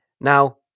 Now